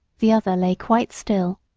the other lay quite still.